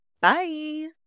bye